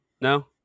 No